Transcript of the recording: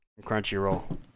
Crunchyroll